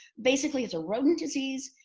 basically it's a rodent disease.